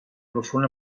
profund